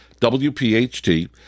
WPHT